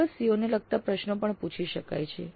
ચોક્કસ CO ને લગતા પ્રશ્નો પણ પૂછી શકાય છે